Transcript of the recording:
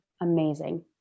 amazing